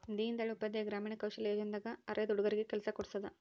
ದೀನ್ ದಯಾಳ್ ಉಪಾಧ್ಯಾಯ ಗ್ರಾಮೀಣ ಕೌಶಲ್ಯ ಯೋಜನೆ ದಾಗ ಅರೆದ ಹುಡಗರಿಗೆ ಕೆಲ್ಸ ಕೋಡ್ಸೋದ